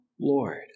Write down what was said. Lord